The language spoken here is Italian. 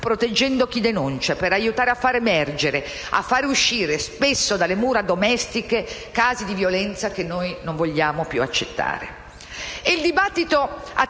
proteggendo chi denuncia, per aiutare a far emergere, a far uscire spesso dalle mura domestiche i casi di violenza, che non vogliamo più accettare.